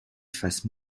fasse